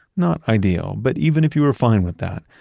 not ideal, but even if you were fine with that,